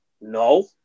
no